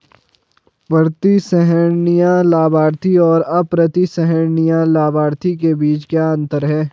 प्रतिसंहरणीय लाभार्थी और अप्रतिसंहरणीय लाभार्थी के बीच क्या अंतर है?